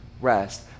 rest